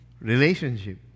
Relationship